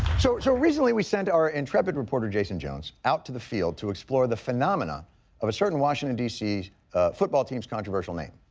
so so recently we sent our intrepid reporter jason jones out to the field to explore the phenomenon of a certain washington d c s football team's controversial name.